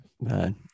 man